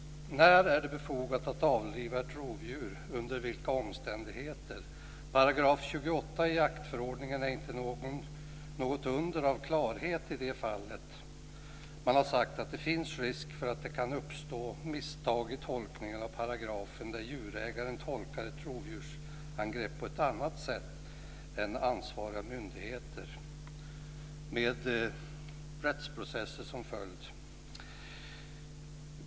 När är det befogat att avliva ett rovdjur? Under vilka omständigheter? 28 § i jaktförordningen är inte något under av klarhet i det fallet. Man har sagt att det finns risk för att det kan uppstå misstag i tolkningen av paragrafen, där djurägaren tolkar ett rovdjursangrepp på ett annat sätt än ansvariga myndigheter - med rättsprocesser som följd.